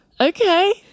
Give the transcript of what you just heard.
Okay